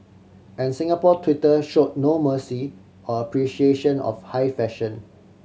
and Singapore Twitter show no mercy or appreciation of high fashion